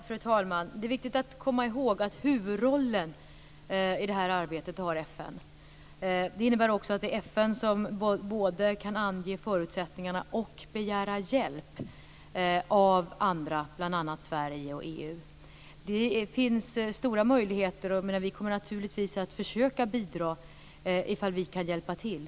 Fru talman! Det är viktigt att komma ihåg att det är FN som har huvudrollen i det här arbetet. Det innebär också att det är FN som både kan ange förutsättningarna och begära hjälp av andra, bl.a. Sverige och EU. Här finns stora möjligheter, och vi kommer naturligtvis att försöka att bidra ifall vi kan hjälpa till.